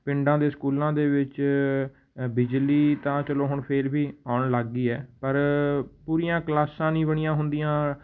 ਪਿੰਡਾਂ ਦੇ ਸਕੂਲਾਂ ਦੇ ਵਿੱਚ ਬਿਜਲੀ ਤਾਂ ਚਲੋ ਹੁਣ ਫੇਰ ਵੀ ਆਉਣ ਲੱਗ ਗਈ ਹੈ ਪਰ ਪੂਰੀਆਂ ਕਲਾਸਾਂ ਨਹੀਂ ਬਣੀਆਂ ਹੁੰਦੀਆਂ